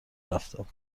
رفتم